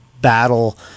battle